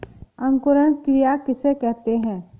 अंकुरण क्रिया किसे कहते हैं?